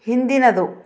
ಹಿಂದಿನದು